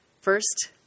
First